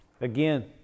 Again